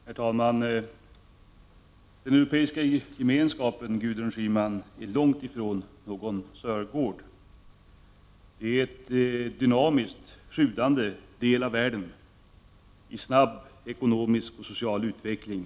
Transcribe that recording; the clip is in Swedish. Herr talman! Europeiska gemenskapen, Gudrun Schyman, är långtifrån någon Sörgård. Den är en dynamisk, sjudande del av världen, i snabb ekonomisk och social utveckling.